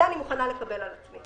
את זה אני מוכנה לקבל על עצמי.